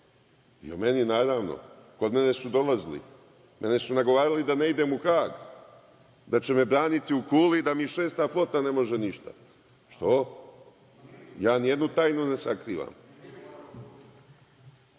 I o meni, naravno. Kod mene su dolazili. Mene su nagovarali da ne idem u Hag, da će me braniti u Kuli i da mi 6. flota ne može ništa. Ja nijednu tajnu ne sakrivam.